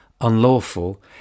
unlawful